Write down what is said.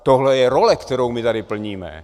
Tohle je role, kterou my tady plníme.